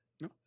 No